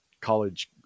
college